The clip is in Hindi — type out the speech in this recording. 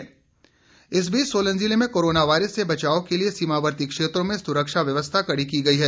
डीसी सोलन इस बीच सोलन जिले में कोरोना वायरस से बचाव के लिए सीमावर्ती क्षेत्रों में सुरक्षा व्यवस्था कड़ी की गई है